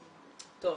--- טוב.